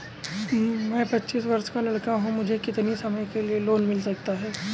मैं पच्चीस वर्ष का लड़का हूँ मुझे कितनी समय के लिए लोन मिल सकता है?